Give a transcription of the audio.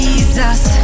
Jesus